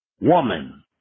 woman